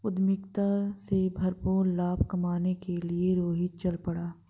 उद्यमिता से भरपूर लाभ कमाने के लिए रोहित चल पड़ा